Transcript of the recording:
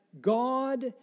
God